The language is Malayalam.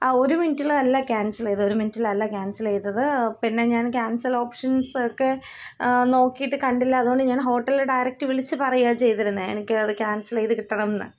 ആ ഒരുമിനിറ്റിലല്ല ക്യാൻസലീതെ ഒരു മിനിറ്റിലല്ല ക്യാൻസെലീതത് പിന്നെ ഞാൻ ക്യാൻസൽ ഓപ്ഷൻസൊക്കെ നോക്കിയിട്ട് കണ്ടില്ല അതുകൊണ്ട് ഞാൻ ഹോട്ടലില് ഡയറക്റ്റ് വിളിച്ച് പറയുകയാണ് ചെയ്തിരുന്നത് എനിക്ക് അത് ക്യാൻസലേതുകിട്ടണമെന്ന്